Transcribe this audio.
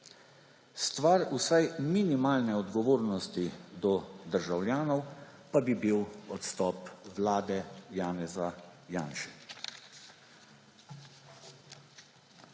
Stvar vsaj minimalne odgovornosti do državljanov pa bi bil odstop vlade Janeza Janše.